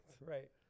Right